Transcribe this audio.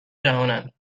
جهانند